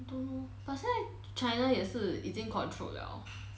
don't know but 现在 china 也是已经 control liao